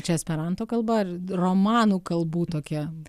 čia esperanto kalba ar romanų kalbų tokia